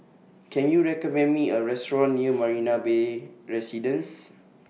Can YOU recommend Me A Restaurant near Marina Bay Residences